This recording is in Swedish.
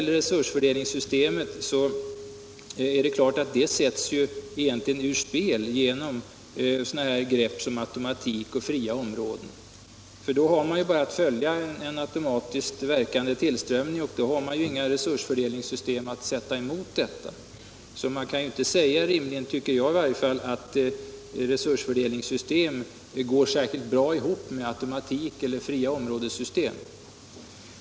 Resursfördelningssystemet sätts ur spel genom grepp som automatik och fria områden. Då har man bara att följa en automatiskt verkande tillströmning och har inga resursfördelningssystem att sätta mot. Resursfördelningssystem går nämligen inte särskilt bra ihop med automatikeller fria område-system.